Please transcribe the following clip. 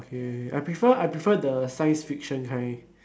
okay I prefer I prefer the science fiction kind